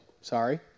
sorry